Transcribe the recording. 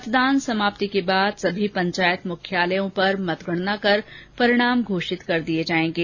मतदान समाप्ति के बाद सभी पंचायत मुख्यालयों पर मतगणना कर परिणाम घोषित कर दिये जाएंगे